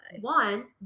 One